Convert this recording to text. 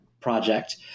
project